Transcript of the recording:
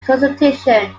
constitution